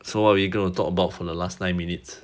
so what are we going to talk for the last nine minutes